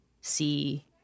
see